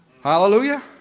Hallelujah